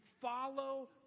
follow